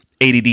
ADD